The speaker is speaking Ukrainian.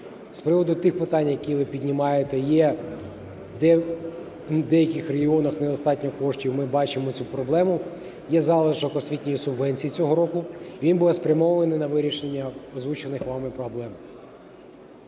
З приводу тих питань, які ви піднімаєте. Є в деяких регіонах недостатньо коштів, ми бачимо цю проблему. Є залишок освітньої субвенції цього року. Він буде спрямований на вирішення озвучених вами проблем.